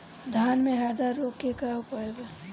धान में हरदा रोग के का उपाय बा?